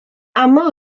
aml